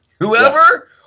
Whoever